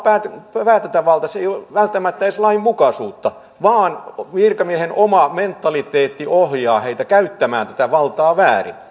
päätäntävalta se ei ole välttämättä edes lainmukaisuutta vaan virkamiehen oma mentaliteetti ohjaa heitä käyttämään tätä valtaa väärin